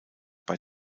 bei